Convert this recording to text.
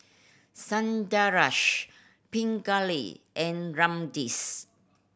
Sundaresh Pingali and